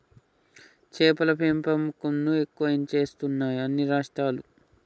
చేపల పెంపకం ను ఎక్కువ చేస్తున్నాయి అన్ని రాష్ట్రాలు